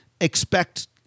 expect